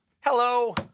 Hello